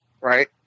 Right